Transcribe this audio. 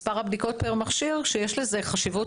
מספר הבדיקות פר מכשיר שיש לזה חשיבות